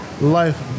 life